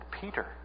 Peter